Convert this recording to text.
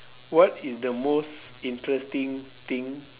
what is the most interesting thing